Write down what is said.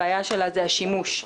הבעיה שלה היא השימוש.